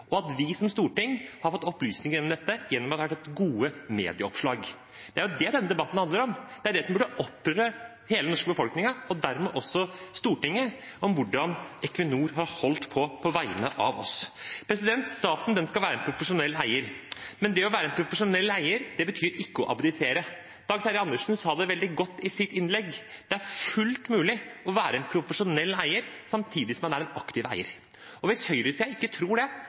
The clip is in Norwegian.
og at vi som storting har fått opplysninger om dette gjennom at det har vært gode medieoppslag. Det er det denne debatten handler om. Det er det som burde opprøre hele den norske befolkningen og dermed også Stortinget, hvordan Equinor har holdt på på vegne av oss. Staten skal være en profesjonell eier, men det å være en profesjonell eier betyr ikke å abdisere. Dag Terje Andersen sa det veldig godt i sitt innlegg: Det er fullt mulig å være en profesjonell eier samtidig som man er en aktiv eier. Hvis høyresiden ikke tror det,